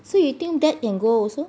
so you think that can go also